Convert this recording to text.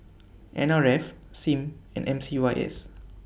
N R F SIM and M C Y S